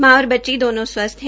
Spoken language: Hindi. मां बोर बच्ची दोनो स्वस्थ है